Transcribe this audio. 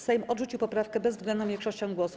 Sejm odrzucił poprawkę bezwzględną większością głosów.